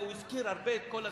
הוא הזכיר רבות את כל הזכויות,